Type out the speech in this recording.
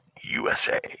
USA